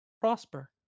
prosper